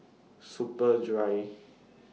Superdry